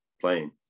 playing